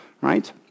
right